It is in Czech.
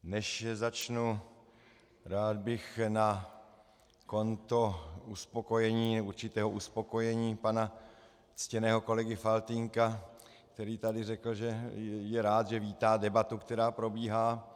Než začnu, rád bych na konto uspokojení, určitého uspokojení pana ctěného kolegy Faltýnka, který tady řekl, že je rád, že vítá debatu, která probíhá.